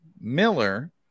Miller